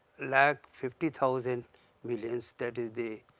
like fifty thousand millions that is the,